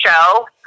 show